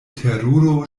teruro